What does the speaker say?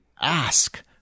ask